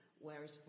Whereas